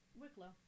Wicklow